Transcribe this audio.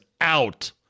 out